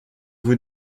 vous